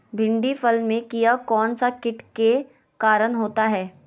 भिंडी फल में किया कौन सा किट के कारण होता है?